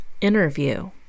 interview